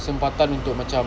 kesempatan untuk macam